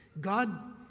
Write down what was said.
God